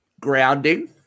grounding